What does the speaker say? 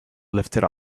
lifted